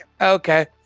Okay